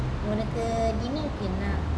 dinner கு என்ன:ku enna